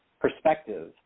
perspective